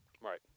Right